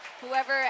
whoever